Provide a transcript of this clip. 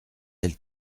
elle